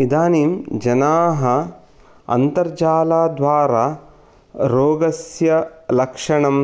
इदानीं जनाः अन्तर्जालद्वारा रोगस्य लक्षणं